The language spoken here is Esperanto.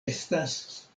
estas